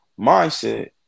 mindset